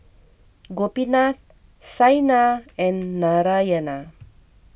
Gopinath Saina and Narayana